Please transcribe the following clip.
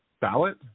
ballot